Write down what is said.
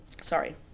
sorry